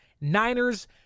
Niners